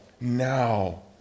now